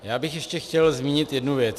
Já bych ještě chtěl zmínit jednu věc.